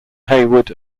hayward